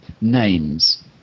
names